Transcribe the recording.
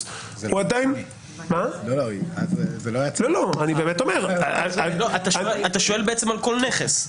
הוא עדיין --- אתה בעצם שואל על כל נכס.